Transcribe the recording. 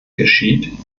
geschieht